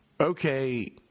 okay